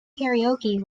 karaoke